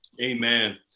Amen